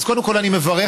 קודם כול, אני מברך.